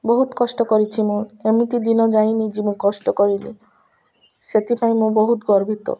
ବହୁତ କଷ୍ଟ କରିଛି ମୁଁ ଏମିତି ଦିନ ଯାଇନି ଯେ ମୁଁ କଷ୍ଟ କରିନି ସେଥିପାଇଁ ମୁଁ ବହୁତ ଗର୍ବିତ